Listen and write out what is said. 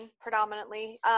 predominantly